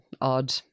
odd